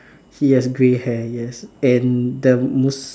he has grey hair yes and the mus~ the